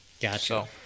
Gotcha